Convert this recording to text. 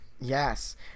Yes